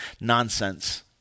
nonsense